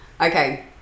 Okay